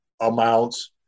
amounts